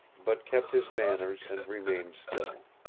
but kept his manners and remained still.